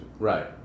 Right